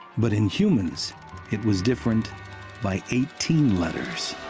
but in humans it was different by eighteen letters.